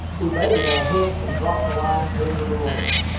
we baited our hooks, and dropped the lines into the lake.